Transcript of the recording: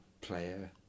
player